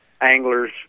anglers